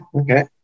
okay